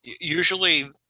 usually